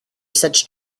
such